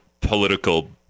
political